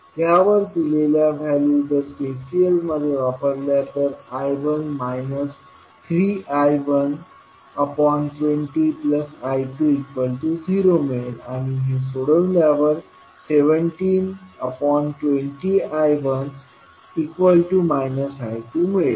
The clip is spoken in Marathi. ह्या वर दिलेल्या व्हॅल्यू जर KCL मध्ये वापरल्या तर I1 3I120I20मिळेल आणि हे सोडवल्यावर 1720I1 I2 मिळेल